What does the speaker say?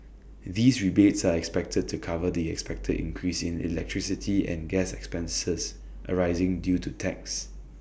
these rebates are expected to cover the expected increase in electricity and gas expenses arising due to tax